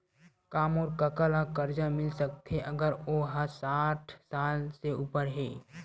का मोर कका ला कर्जा मिल सकथे अगर ओ हा साठ साल से उपर हे?